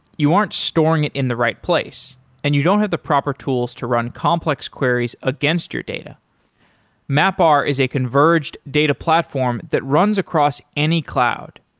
you aren't storing it in the right place and you don't have the proper tools to run complex queries against your data mapr is a converged data platform that runs across any cloud.